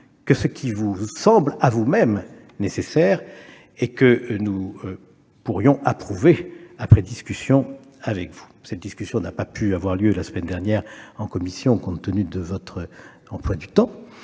que ce qui vous semble à vous-même nécessaire et que nous pourrions approuver après discussion avec vous. Cette discussion n'a pas pu avoir lieu la semaine dernière en commission compte tenu de votre emploi du temps